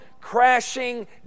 crashing